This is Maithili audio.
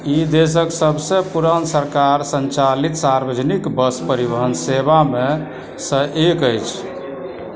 ई देशक सभसँ पुरान सरकार सञ्चालित सार्वजनिक बस परिवहन सेवामेसँ एक अछि